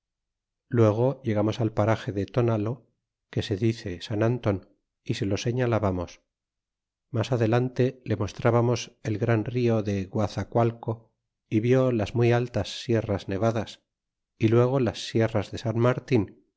luego llegamos al parage de tonaio que se dice san anton y se lo señalábamos mas adelante le mostrábamos el gran rio de guazacualco y vió las muy altas sierras nevadas y luego las sierras de san martin